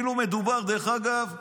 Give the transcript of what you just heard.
דרך אגב,